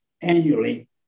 annually